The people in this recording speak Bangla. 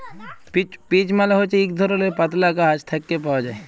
পিচ্ মালে হছে ইক ধরলের পাতলা গাহাচ থ্যাকে পাউয়া যায়